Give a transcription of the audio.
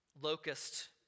locust